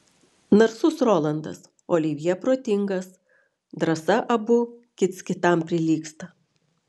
narsus rolandas olivjė protingas drąsa abudu kits kitam prilygsta